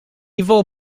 evil